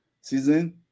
season